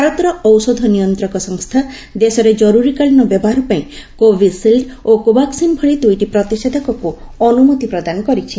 ଭାରତର ଔଷଧ ନିୟନ୍ତ୍ରକ ସଂସ୍କା ଦେଶରେ ଜରୁରୀକାଳୀନ ବ୍ୟବହାର ପାଇଁ କୋବିସିଲ୍ଡ୍ ଓ କୋବାକୁନ୍ ଭଳି ଦୁଇଟି ପ୍ରତିଷେଧକକୁ ଅନୁମତି ପ୍ରଦାନ କରିଛି